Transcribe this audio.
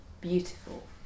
beautiful